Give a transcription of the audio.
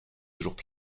toujours